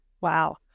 Wow